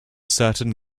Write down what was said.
certain